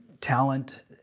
talent